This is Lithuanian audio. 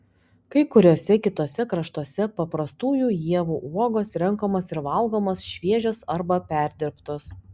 kai kuriuose kituose kraštuose paprastųjų ievų uogos renkamos ir valgomos šviežios arba perdirbtos